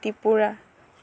Tripura